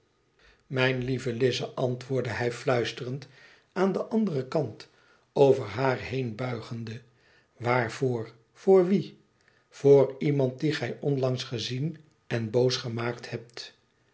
mijne lieve lize antwoordde hij fluisterend aan den anderen kant over haar heen buigende waarvoor voor wien voor iemand dien gij onlangs gezien en boos gemaakt hebt